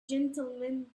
gentlemen